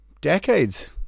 decades